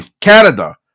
Canada